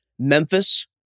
Memphis